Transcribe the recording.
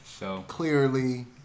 Clearly